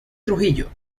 trujillo